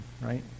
right